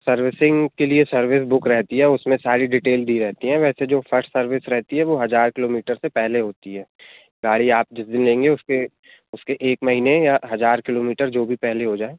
servicing के लिए service book रहती है उसमें सारी डिटेल दी रहती है वैसे जो फ़र्स्ट सर्विस रहती है वो हज़ार किलोमीटर से पहले होती है गाड़ी आप जिस दिन लेंगे उसके उसके एक महीने या हज़ार किलोमीटर जो भी पहले हो जाए